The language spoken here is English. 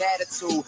attitude